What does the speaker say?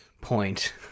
point